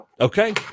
okay